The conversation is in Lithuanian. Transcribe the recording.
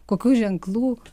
kokių ženklų